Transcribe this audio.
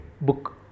book